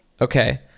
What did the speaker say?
Okay